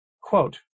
Quote